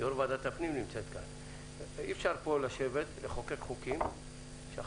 איך משפים אותן בהתאם.